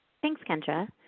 thanks kendra.